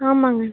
ஆமாங்க